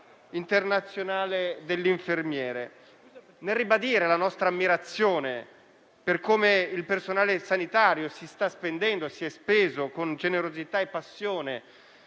internazionale dell'infermiere. Nel ribadire la nostra ammirazione per come il personale sanitario si sta spendendo e si è speso con generosità e passione